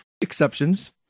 exceptions